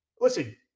Listen